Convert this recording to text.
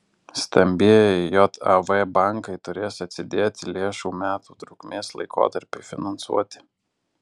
stambieji jav bankai turės atsidėti lėšų metų trukmės laikotarpiui finansuoti